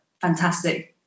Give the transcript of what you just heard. fantastic